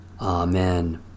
Amen